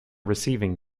receiving